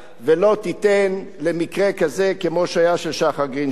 ולא תיתן למקרה כזה כמו של שחר גרינשפן